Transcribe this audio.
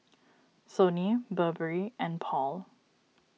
Sony Burberry and Paul